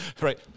Right